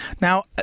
Now